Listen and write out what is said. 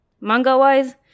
Manga-wise